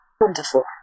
Wonderful